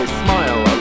smile